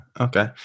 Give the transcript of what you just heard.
Okay